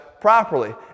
properly